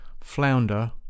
flounder